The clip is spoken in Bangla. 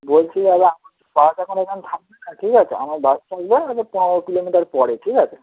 বলছি দাদা আমাদের বাস এখন এখানে থামবে না ঠিক আছে আমার বাস থামবে হয়তো পনেরো কিলোমিটার পরে ঠিক আছে